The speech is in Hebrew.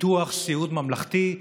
ביטוח סיעוד ממלכתי,